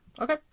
Okay